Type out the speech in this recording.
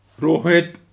Rohit